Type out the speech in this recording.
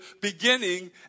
beginning